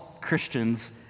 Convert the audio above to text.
Christians